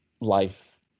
life